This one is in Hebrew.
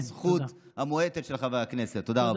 את הזכות המועטת של חברי הכנסת, תודה רבה.